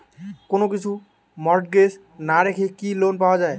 কোন কিছু মর্টগেজ না রেখে কি লোন পাওয়া য়ায়?